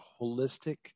holistic